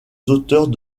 hauteurs